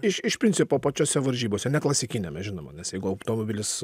iš iš principo pačiose varžybose ne klasikiniame žinoma nes jeigu automobilis